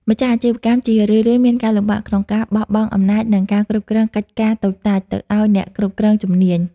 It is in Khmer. ម្ចាស់អាជីវកម្មជារឿយៗមានការលំបាកក្នុងការបោះបង់អំណាច និងការគ្រប់គ្រងកិច្ចការតូចតាច ទៅឱ្យអ្នកគ្រប់គ្រងជំនាញ។